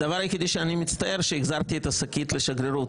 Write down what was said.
הדבר היחידי שאני מצטער הוא שהחזרתי את השקית לשגרירות,